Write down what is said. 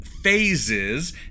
phases